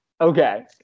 Okay